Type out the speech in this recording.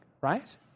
right